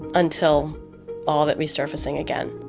until all of it resurfacing again,